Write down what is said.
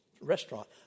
Restaurant